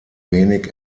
wenig